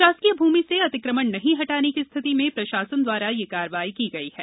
शासकीय भूमि से अतिक्रमण नहीं हटाने की स्थिति में प्रशासन द्वारा यह कार्यवाही की गई है